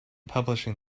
publishing